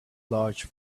large